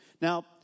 Now